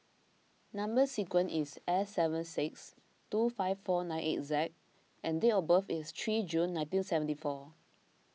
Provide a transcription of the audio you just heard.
Number Sequence is S seven six two five four nine eight Z and date of birth is three June nineteen seventy four